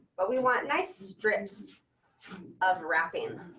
but we want nice strips of wrapping